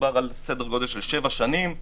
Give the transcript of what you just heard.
מדובר בסדר גודל של 7 שנים,